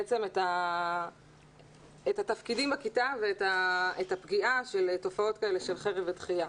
בעצם את התפקידים בכיתה ואת הפגיעה של תופעות כאלה של חרם ודחייה.